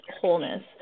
wholeness